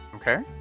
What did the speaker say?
Okay